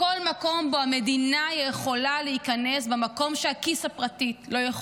בכל מקום שבו המדינה יכולה להיכנס במקום שבו הכיס הפרטי לא יכול